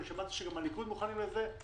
אני שמעתי שגם הליכוד מוכנים לזה.